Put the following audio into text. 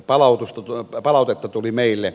kovasti palautetta tuli meille